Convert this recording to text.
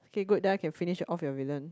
kay good then I can finish off your villain